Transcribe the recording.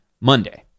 Monday